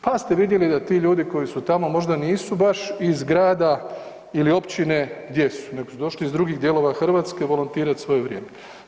Pa ste vidjeli da ti ljudi koji su tamo, možda nisu baš iz grada ili općine gdje su, nego su došli iz drugih dijelova Hrvatske volontirati svo vrijeme.